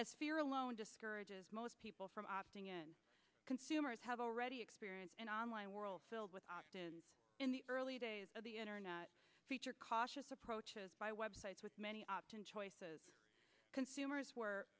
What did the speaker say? your alone discourages most people from opting in consumers have already experienced an online world filled with in the early days of the internet feature cautious approaches by websites with many opt in choices consumers were